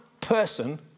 person